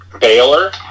Baylor